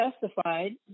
testified